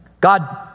God